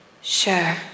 sure